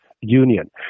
Union